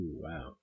wow